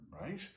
right